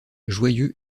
joyeux